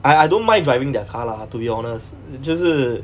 I I don't mind driving their car lah to be honest 就是